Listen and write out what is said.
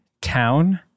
town